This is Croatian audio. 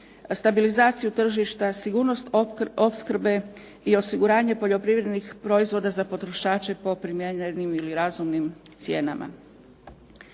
stabilizaciju tržišta, sigurnost opskrbe i osiguranje poljoprivrednih proizvoda za potrošače po primjerenim i razumnim cijenama.